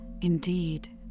indeed